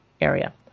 area